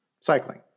cycling